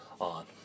on